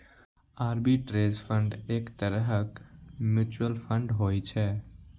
arbitrage fund एक तरहक mutual fund होइ छै